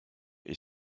est